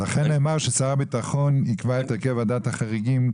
לכן נאמר ששר הביטחון יקבע את הרכב ועדת החריגים.